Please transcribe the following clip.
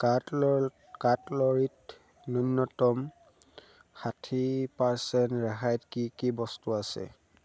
কাটলৰ কাটলেৰীত ন্যূনতম ষাঠি পাৰ্চেণ্ট ৰেহাইত কি কি বস্তু আছে